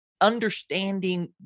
understanding